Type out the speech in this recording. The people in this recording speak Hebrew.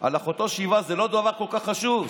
שבעה על אחותו זה לא דבר כל כך חשוב.